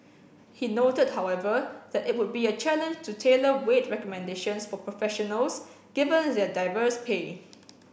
he noted however that it would be a challenge to tailor wage recommendations for professionals given their diverse pay